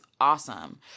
awesome